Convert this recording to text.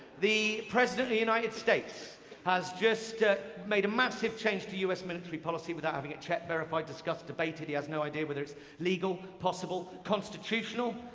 the president of the united states has just made a massive change to us military policy without having it checked, verified, discussed, debated. he has no idea whether it's legal, possible, constitutional.